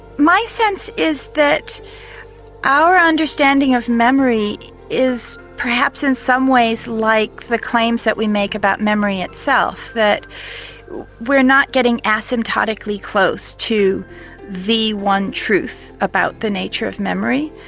my sense is that our understanding of memory is perhaps in some ways like the claims that we make about memory itself that we're not getting asymptotically close to the one truth about the nature of memory.